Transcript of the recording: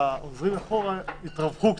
שהעוזרים מאחור יתרווחו קצת,